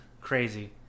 crazy